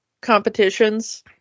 competitions